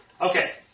Okay